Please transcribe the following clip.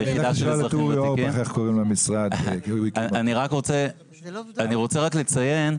אני רק רוצה לציין,